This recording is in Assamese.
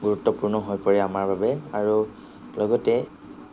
গুৰুত্বপূৰ্ণ হৈ পৰে আমাৰ বাবে আৰু লগতে